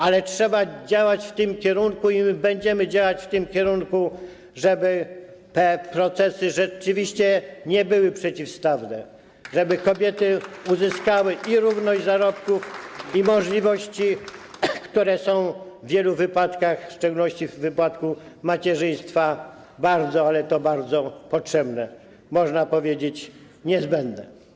Ale trzeba działać w tym kierunku i my będziemy działać w tym kierunku, żeby te procesy rzeczywiście nie były przeciwstawne, żeby kobiety uzyskały i równość zarobków, i możliwości, które są w wielu wypadkach, w szczególności w wypadku macierzyństwa, bardzo, ale to bardzo potrzebne, można powiedzieć: niezbędne.